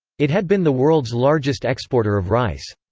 it had been the world's largest exporter of rice.